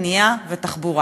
בנייה ותחבורה.